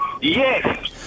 Yes